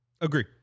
Agree